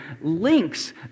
links